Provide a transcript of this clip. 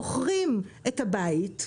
מוכרים את הבית,